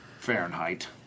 Fahrenheit